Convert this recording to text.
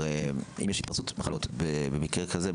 אם יש התפרצות מחלות במקרה כזה,